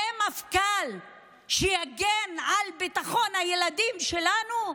זה מפכ"ל שיגן על ביטחון הילדים שלנו?